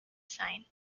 sign